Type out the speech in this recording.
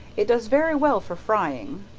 it does very well for frying.